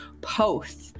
Post